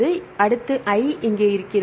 எனவே அடுத்து I' இங்கே இருக்கிறது